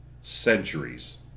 centuries